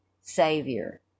savior